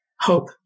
hope